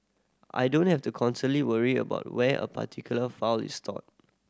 I don't have to constantly worry about where a particular file is stored